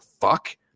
fuck